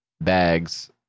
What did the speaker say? bags